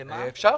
אפשר.